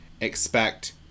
expect